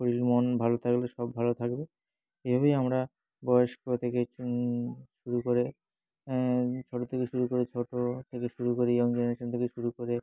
শরীর মন ভালো থাকলে সব ভালো থাকবে এইভাবেই আমরা বয়স্ক থেকে শুরু করে ছোটো থেকে শুরু করে ছোটো থেকে শুরু করে ইয়ং জেনারেশান থেকে শুরু করে